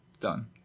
done